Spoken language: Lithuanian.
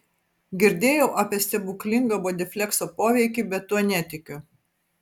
girdėjau apie stebuklinga bodiflekso poveikį bet tuo netikiu